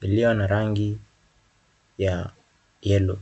,iliyo na rangi ya yellow .